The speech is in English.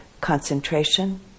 concentration